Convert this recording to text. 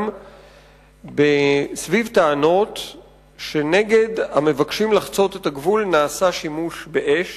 גם סביב טענות שנגד המבקשים לחצות את הגבול נעשה שימוש באש